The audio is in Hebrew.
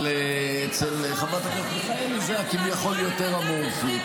אבל אצל חברת מיכאלי זה כביכול יותר אמורפי.